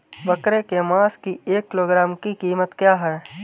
बकरे के मांस की एक किलोग्राम की कीमत क्या है?